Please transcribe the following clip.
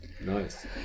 nice